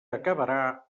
acabarà